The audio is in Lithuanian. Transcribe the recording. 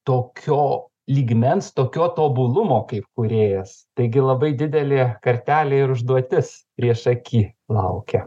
tokio lygmens tokio tobulumo kaip kūrėjas taigi labai didelė kartelė ir užduotis priešaky laukia